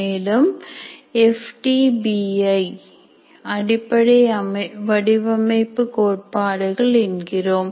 மேலும் ஏப் டி பி ஐ அடிப்படை வடிவமைப்பு கோட்பாடுகள் என்கிறோம்